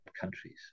countries